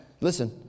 Listen